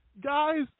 Guys